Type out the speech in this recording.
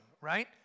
Right